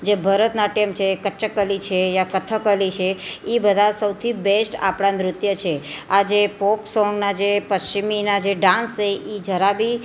જે ભરતનાટ્યમ છે એ કચકલી છે યા કથકલી છે એ બધા સૌથી બેસ્ટ આપણા નૃત્ય છે આજે પોપ સોંગને આજે પશ્ચિમીના જે ડાન્સ છે એ જરા બી